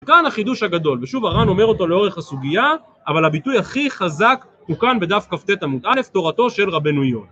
כאן החידוש הגדול, ושוב הר"ן אומר אותו לאורך הסוגיה, אבל הביטוי הכי חזק הוא כאן בדף כ"ט עמוד א' תורתו של רבנו יונה.